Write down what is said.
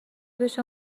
بشه